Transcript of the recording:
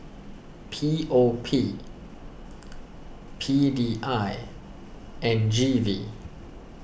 P O P P D I and G V